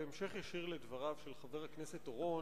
בהמשך ישיר לדבריו של חבר הכנסת אורון,